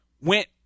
went